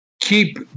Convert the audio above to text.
keep